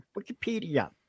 Wikipedia